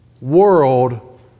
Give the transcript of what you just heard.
world